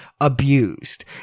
abused